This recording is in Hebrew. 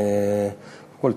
קודם כול,